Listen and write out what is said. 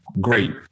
Great